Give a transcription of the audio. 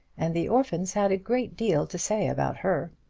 and the orphans had a great deal to say about her.